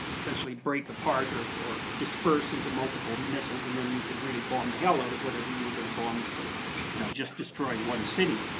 essentialy break apart or or disperse into multiple missiles and then you can really bomb the hell out of whatever you were going to bomb instead of you know just destroying one city.